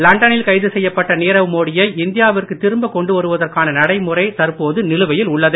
லண்ட னில் கைது செய்யப்பட்ட நீரவ் மோடி யை இந்தியா விற்கு திரும்ப கொண்டு வருவதற்கான நடைமுறை தற்போது நிலுவையில் உள்ளது